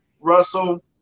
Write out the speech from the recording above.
Russell